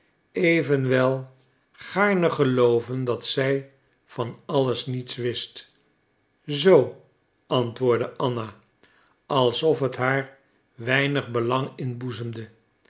evenwel gaarne gelooven dat zij van alles niets wist zoo antwoordde anna alsof het haar weinig belang inboezemde